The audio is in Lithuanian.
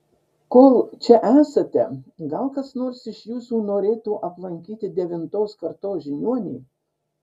kol čia esate gal kas nors iš jūsų norėtų aplankyti devintos kartos žiniuonį